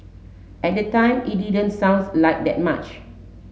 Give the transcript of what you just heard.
at the time it didn't sounds like that much